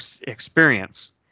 experience